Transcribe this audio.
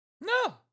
no